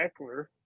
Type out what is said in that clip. Eckler